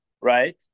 right